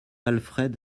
alfred